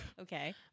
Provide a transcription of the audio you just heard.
Okay